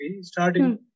starting